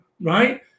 right